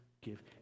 give